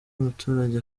umuturage